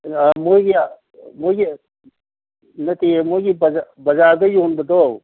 ꯑꯥ ꯃꯣꯏꯒꯤ ꯅꯠꯇꯤꯌꯦ ꯃꯣꯏꯒꯤ ꯕꯖꯥꯔꯗ ꯌꯣꯟꯕꯗꯣ